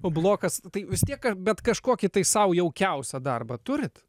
blokas tai vis tiek bet kažkokį tai sau jaukiausią darbą turit